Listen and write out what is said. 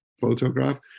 photograph